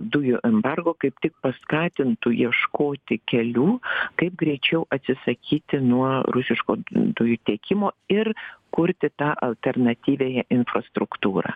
dujų embargo kaip tik paskatintų ieškoti kelių kaip greičiau atsisakyti nuo rusiškų dujų tiekimo ir kurti tą alternatyviąją infrastruktūrą